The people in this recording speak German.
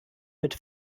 mit